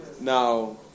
Now